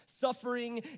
suffering